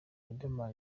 riderman